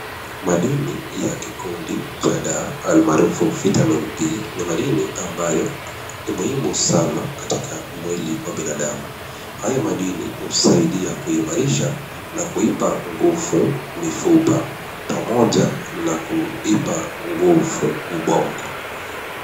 Madini ya kikundi cha D almaarufu vitamin D ni madini ambayo ni muhimu katika mwili wa binadamu. Haya madini husaidia kuimarisha na kuipa nguvu mifupa, pamoja na kuipa nguvu ubongo.